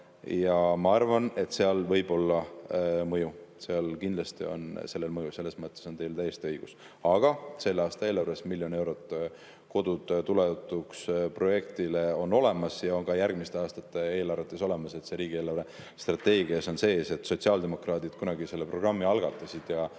Ja ma arvan, et seal võib olla mõju, kindlasti on sellel mõju. Selles mõttes on teil täiesti õigus. Aga selle aasta eelarves miljon eurot projektile "Kodud tuleohutuks" on olemas ja on ka järgmiste aastate eelarvetes olemas. See on riigi eelarvestrateegias sees. Sotsiaaldemokraadid kunagi selle programmi algatasid ja